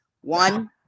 One